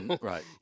Right